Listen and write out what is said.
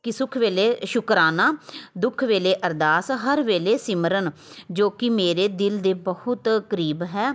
ਕਿ ਸੁੱਖ ਵੇਲੇ ਸ਼ੁਕਰਾਨਾ ਦੁੱਖ ਵੇਲੇ ਅਰਦਾਸ ਹਰ ਵੇਲੇ ਸਿਮਰਨ ਜੋ ਕਿ ਮੇਰੇ ਦਿਲ ਦੇ ਬਹੁਤ ਕਰੀਬ ਹੈ